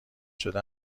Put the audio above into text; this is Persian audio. شده